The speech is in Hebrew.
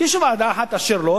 תהיה שם ועדה אחת שתאשר לו,